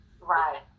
right